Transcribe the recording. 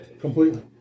completely